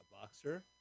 boxer